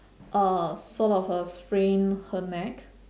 uh sort of uh sprained her neck